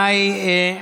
מאי,